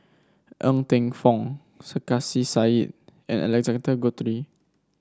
Ng Teng Fong Sarkasi Said and Alexander Guthrie